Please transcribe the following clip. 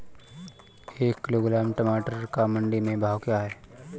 एक किलोग्राम टमाटर का मंडी में भाव क्या है?